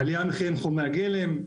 עליית מחירי חומרי הגלם,